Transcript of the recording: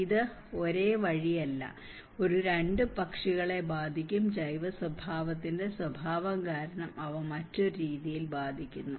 ഇത് ഒരേ വഴിയല്ല ഒരു 2 പക്ഷികളെ ബാധിക്കും ജൈവ സ്വഭാവത്തിന്റെ സ്വഭാവം കാരണം അവ മറ്റൊരു രീതിയിൽ ബാധിക്കുന്നു